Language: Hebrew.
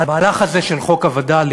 המהלך הזה של חוק הווד"לים,